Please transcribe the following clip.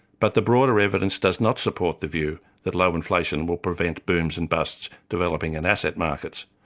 but the broader evidence does not support the view that low inflation will prevent booms and busts developing in asset markets.